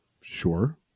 Sure